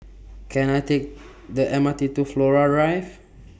Can I Take The M R T to Flora Rive